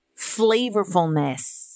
flavorfulness